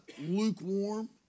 lukewarm